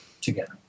together